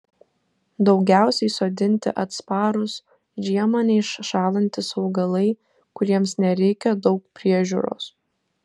daugiausiai sodinti atsparūs žiemą neiššąlantys augalai kuriems nereikia daug priežiūros